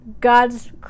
God's